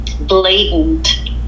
blatant